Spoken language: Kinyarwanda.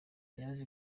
yaje